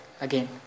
Again